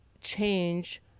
change